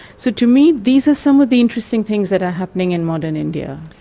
so to me these are some of the interesting things that are happening in modern india.